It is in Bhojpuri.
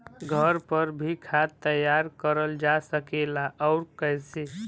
घर पर भी खाद तैयार करल जा सकेला और कैसे?